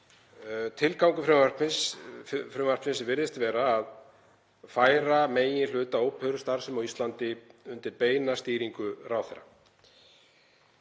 Tilgangur frumvarpsins virðist vera að færa meginhluta óperustarfsemi á Íslandi undir beina stýringu ráðherra.